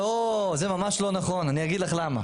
אוה, זה ממש לא נכון, אני אגיד לך למה.